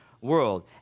world